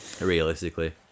realistically